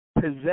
possess